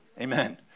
Amen